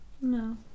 No